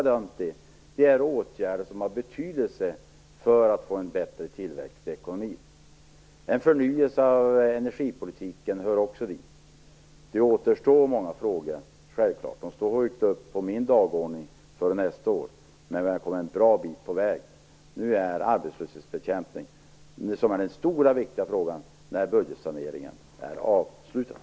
Detta är åtgärder som har betydelse för att få en bättre tillväxt i ekonomin. En förnyelse av energipolitiken hör också dit. Det återstår självklart många frågor, och de står högt upp på min dagordning för nästa år. Men vi har kommit en bra bit på väg. Nu är det arbetslöshetsbekämpningen som är den stora, viktiga frågan när budgetsaneringen är avslutad.